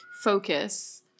focus